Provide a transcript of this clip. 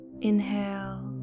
Inhale